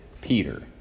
Peter